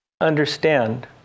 understand